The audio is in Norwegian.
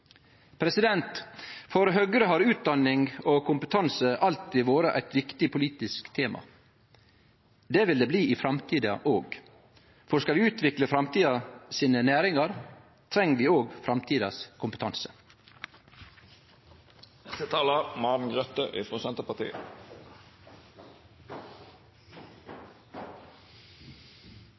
For Høgre har utdanning og kompetanse alltid vore eit viktig politisk tema. Det vil det bli i framtida òg, for skal vi utvikle framtidas næringar, treng vi òg framtidas kompetanse.